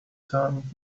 time